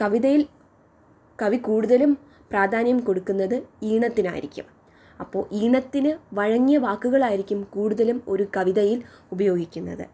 കവിതയിൽ കവി കൂടുതലും പ്രാധാന്യം കൊടുക്കുന്നത് ഈണത്തിനായിരിക്കും അപ്പോൾ ഈണത്തിന് വഴങ്ങിയ വാക്കുകളായിരിക്കും കൂടുതലും ഒരു കവിതയിൽ ഉപയോഗിക്കുന്നത്